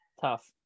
Tough